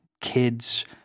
kid's